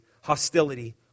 hostility